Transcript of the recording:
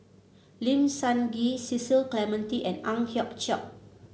Lim Sun Gee Cecil Clementi and Ang Hiong Chiok